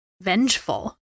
vengeful